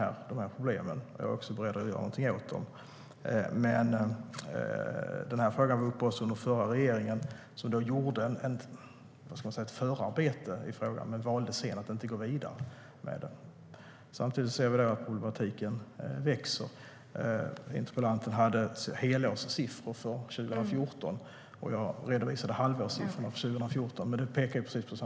Jag ser problemen, och jag är beredd att göra något åt dem. Frågan var uppe hos den förra regeringen, som gjorde ett förarbete men sedan valde att inte gå vidare. Samtidigt ser vi hur problematiken växer. Interpellanten hade helårssiffror för 2014. Jag redovisade halvårssiffrorna för 2014, men de pekar åt samma håll.